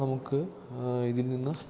നമുക്ക് ഇതിൽ നിന്ന്